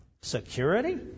Security